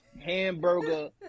hamburger